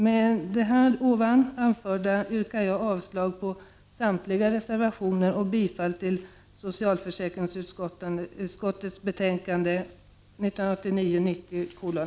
Med det anförda yrkar jag avslag på samtliga reservationer och bifall till socialförsäkringsutskottets hemställan i betänkandet 1989/90:1.